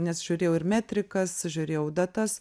nes žiūrėjau ir metrikas žiūrėjau datas